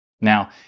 Now